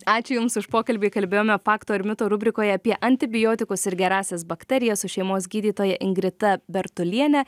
ačiū jums už pokalbį kalbėjome fakto ir mito rubrikoje apie antibiotikus ir gerąsias bakterijas su šeimos gydytoja ingrida bertuliene